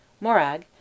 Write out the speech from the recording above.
Morag